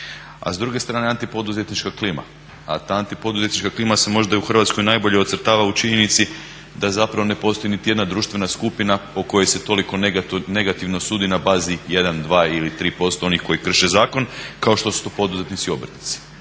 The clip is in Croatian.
A s druge strane antipoduzetnička klima, a ta antipoduzetnička klima se možda u Hrvatskoj najbolje ocrtava u činjenici da zapravo ne postoji niti jedna društvena skupina o kojoj se toliko negativno sudi na bazi jedan, dva ili tri posto oni koji krše zakon kao što su to poduzetnici i obrtnici.